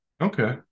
Okay